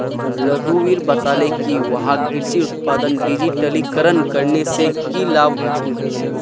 रघुवीर बताले कि वहाक कृषि उत्पादक डिजिटलीकरण करने से की लाभ ह छे